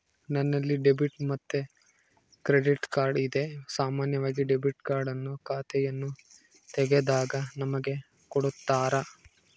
ನನ್ನಲ್ಲಿ ಡೆಬಿಟ್ ಮತ್ತೆ credit card ಇದೆ, ಸಾಮಾನ್ಯವಾಗಿ ಡೆಬಿಟ್ ಕಾರ್ಡ್ ಅನ್ನು ಖಾತೆಯನ್ನು ತೆಗೆದಾಗ ನಮಗೆ ಕೊಡುತ್ತಾರ